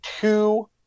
two